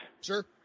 Sure